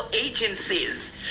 agencies